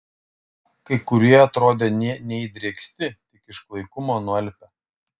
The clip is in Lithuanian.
kai kurie atrodė nė neįdrėksti tik iš klaikumo nualpę